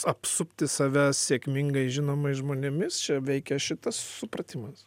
apsupti save sėkmingais žinomais žmonėmis čia veikia šitas supratimas